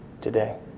today